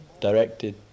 directed